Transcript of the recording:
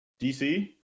DC